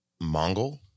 Mongol